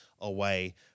away